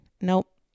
nope